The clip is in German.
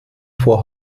vor